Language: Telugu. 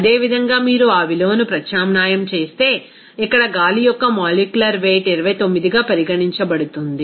అదేవిధంగా మీరు ఆ విలువను ప్రత్యామ్నాయం చేస్తే ఇక్కడ గాలి యొక్క మాలిక్యులర్ వెయిట్ 29గా పరిగణించబడుతుంది